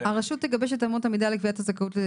הרשות תגבש את אמות המידה לקביעת הזכאות.